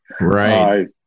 Right